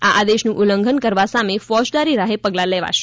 આ આદેશનું ઉલ્લંઘન કરવા સામે ફોજદારી રાહે પગલાં લેવાશે